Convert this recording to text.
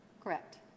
Correct